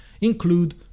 include